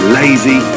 lazy